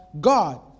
God